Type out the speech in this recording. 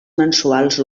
mensuals